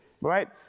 Right